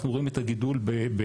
אנחנו רואים את הגידול במחלה,